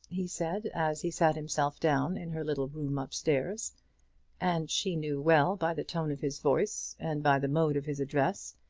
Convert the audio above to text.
he said, as he sat himself down in her little room up-stairs and she knew well by the tone of his voice, and by the mode of his address,